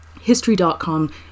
History.com